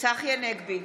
צחי הנגבי,